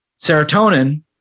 Serotonin